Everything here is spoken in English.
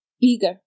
Bigger